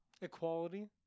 equality